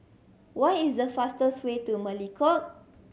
what is the fastest way to Melekeok